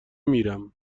میرم